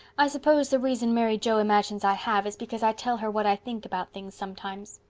i suppose the reason mary joe imagines i have is because i tell her what i think about things sometimes.